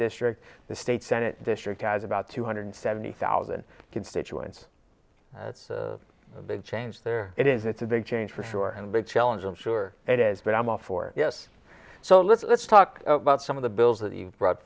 district the state senate district has about two hundred seventy thousand constituents it's a big change there it is it's a big change for sure and a big challenge i'm sure it is but i'm all for yes so let's let's talk about some of the bills that you've brought